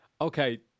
Okay